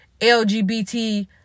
LGBT